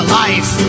life